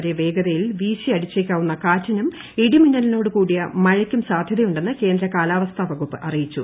വരെ വേഗതയിൽ വീശിയടിച്ചേക്കാവുന്ന കാറ്റിനും ഇടിമിന്നലോട് കൂടിയ മഴയ്ക്കും സാധൃതയുണ്ടെന്ന് കേന്ദ്ര കാലാവസ്ഥ വകുപ്പ് അറിയിച്ചു